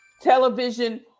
television